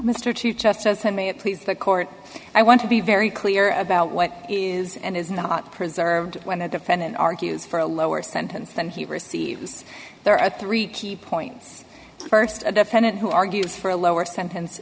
may please the court i want to be very clear about what is and is not preserved when the defendant argues for a lower sentence than he receives there are three key points st a defendant who argues for a lower sentence